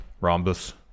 Rhombus